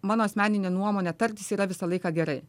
mano asmenine nuomone tartis yra visą laiką gerai